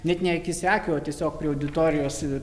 net ne akis į akį o tiesiog prie auditorijos ir